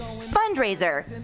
fundraiser